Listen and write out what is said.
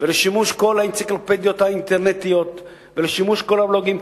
ולשימוש כל האנציקלופדיות האינטרנטיות ולשימוש כל הבלוגים.